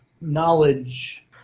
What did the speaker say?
knowledge